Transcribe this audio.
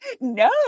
no